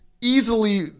easily